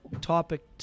topic